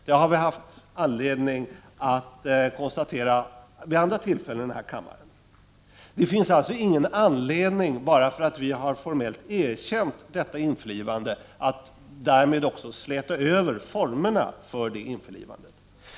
Det har vi haft anledning att konsta 16 november 1989 tera vid andra tillfällen här i kammaren. Bara för att vi formellt har erkämt. detta införlivande finns det ingen anledning att därmed också släta över formerna för införlivandet.